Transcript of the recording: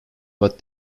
but